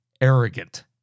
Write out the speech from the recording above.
arrogant